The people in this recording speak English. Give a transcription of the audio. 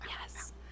yes